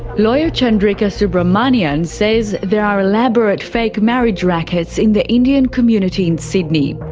lawyer chandrika subramaniyan says there are elaborate fake marriage rackets in the indian community in sydney.